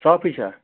صافٕے چھا